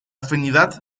afinidad